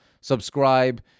Subscribe